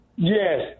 yes